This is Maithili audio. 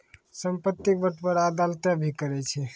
संपत्ति के बंटबारा अदालतें भी करै छै